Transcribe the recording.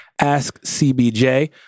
AskCBJ